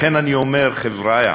לכן אני אומר, חבריא,